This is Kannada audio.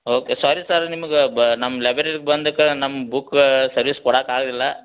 ಓಕೆ ಸಾರಿ ಸರ್ ನಿಮ್ಗೆ ಬ ನಮ್ಮ ಲೈಬ್ರರಿಗೆ ಬಂದಕ ನಮ್ಮ ಬುಕ್ಕ ಸರ್ವಿಸ್ ಕೊಡಕ್ಕೆ ಆಗಲಿಲ್ಲ